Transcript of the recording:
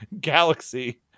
Galaxy